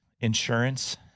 insurance